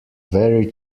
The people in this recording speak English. very